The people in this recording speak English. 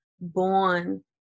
born